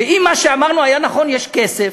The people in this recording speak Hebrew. ואם מה שאמרנו היה נכון, יש כסף,